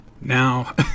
Now